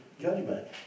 judgment